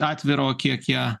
atvirą kiek ją